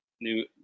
new